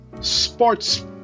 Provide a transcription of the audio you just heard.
sports